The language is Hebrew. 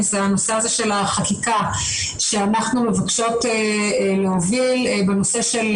זה הנושא של החקיקה שאנחנו מבקשות להוביל בנושא של